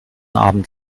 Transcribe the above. abend